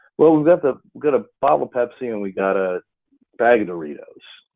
well, we've got ah got a bottle of pepsi, and we got a bag of doritos.